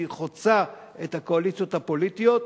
שחוצה את הקואליציות הפוליטיות,